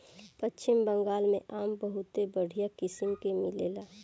पश्चिम बंगाल में आम बहुते बढ़िया किसिम के मिलेला